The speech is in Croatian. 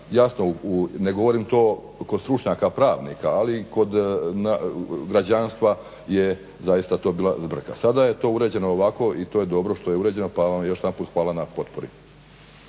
jasno ne govorim to kod stručnjaka pravnika ali kod građanstva je zaista to bila zbrka. Sada je to uređeno ovako i to je dobro što je uređeno pa vam još jedanput hvala na potpori.